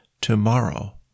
tomorrow